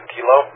Kilo